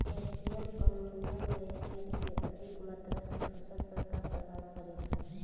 Calcium ammonium nitrate के अधिक मात्रा से फसल पर का प्रभाव परेला?